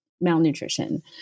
malnutrition